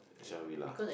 shangri-la